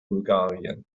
bulgarien